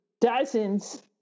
dozens